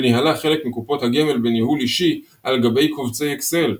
וניהלה חלק מקופות הגמל בניהול אישי על גבי קובצי "אקסל".